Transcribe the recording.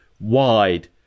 wide